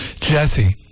Jesse